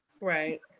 Right